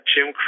Jim